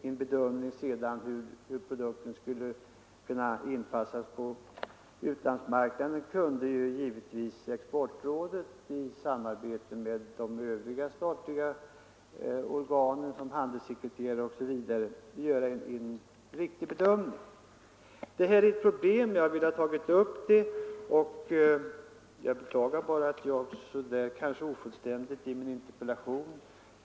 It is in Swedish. En bedömning av hur produkten skulle kunna inpassas på utlandsmarknaden kunde givetvis Sveriges exportråd sedan göra i samarbete med övriga statliga organ, t.ex. handelssekreterare. Jag beklagar att jag tydligen uttryckte mig ofullständigt i min interpellation.